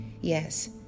Yes